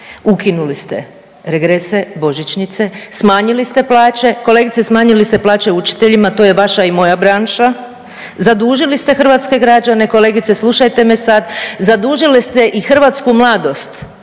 Ukinuli ste regrese, božićnice, smanjili ste plaće, kolegice smanjili ste plaće učiteljima. To je vaša i moja branša, zadužili ste hrvatske građane. Kolegice slušajte me sad. Zadužili ste i hrvatsku mladost